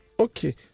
Okay